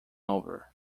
over